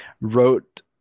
wrote